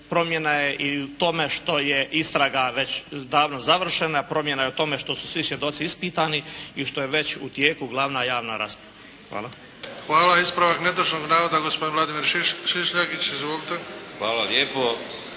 promjena je i u tome što je istraga već davno završena, promjena je u tome što su svi svjedoci ispitani i što je već u tijeku glavna javna rasprava. Hvala. **Bebić, Luka (HDZ)** Hvala. Ispravak netočnog navoda, gospodin Vladimir Šišljagić. Izvolite. **Šišljagić,